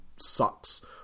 sucks